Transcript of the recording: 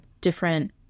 different